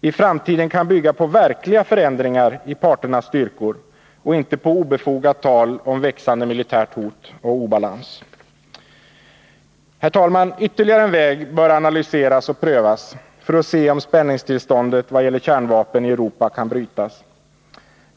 i framtiden kan bygga på verkliga förändringar i parternas styrkor och inte på obefogat tal om växande militärt hot och obalans. Herr talman! Ytterligare en väg bör analyseras och prövas för att se om spänningstillståndet vad gäller kärnvapen i Europa kan brytas.